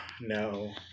no